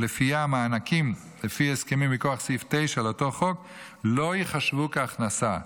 שלפיה מענקים לפי הסכמים מכוח סעיף 9 לאותו חוק לא ייחשבו כהכנסה,